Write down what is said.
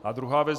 A druhá věc.